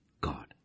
God